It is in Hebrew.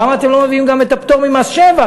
למה אתם לא מביאים גם את הפטור ממס שבח,